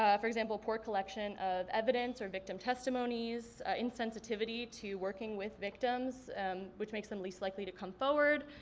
ah for example, poor collection of evidence or victim testimonies, insensitivity to working with victims which makes them least likely to come forward.